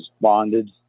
bonded